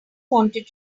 wanted